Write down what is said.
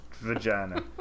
Vagina